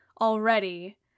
already